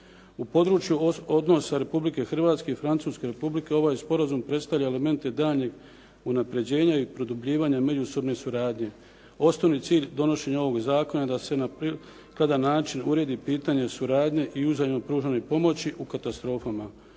U području odnosa Republike Hrvatske i Francuske Republike ovaj sporazum predstavlja elemente daljnjeg unapređenja i produbljivanja međusobne suradnje. Osnovni cilj donošenja ovog zakona je da se na prikladan način uredi pitanje suradnje i uzajamno pružanje pomoći u katastrofama,